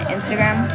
Instagram